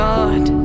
God